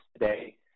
today